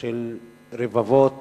של רבבות